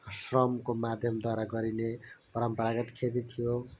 श्रमको माध्यमद्वारा गरिने परम्परागत खेती थियो